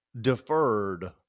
deferred